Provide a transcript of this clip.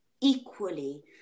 equally